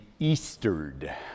Eastered